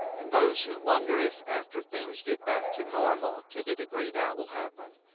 and those who wonder if, after things get back to normal, to the degree that will happen,